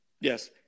yes